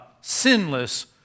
sinless